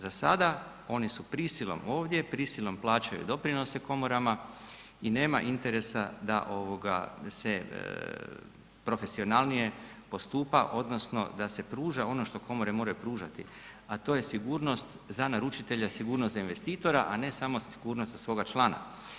Za sada oni su prisilom ovdje, prisilom plaćaju doprinose komorama i nema interesa da ovoga se profesionalnije postupa odnosno da se pruža ono što komore moraju pružati, a to je sigurnost za naručitelja, sigurnost za investitora, a ne samo sigurnost za svoga člana.